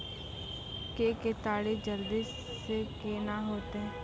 के केताड़ी जल्दी से के ना होते?